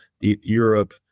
europe